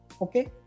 Okay